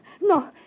No